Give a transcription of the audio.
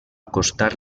costar